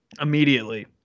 immediately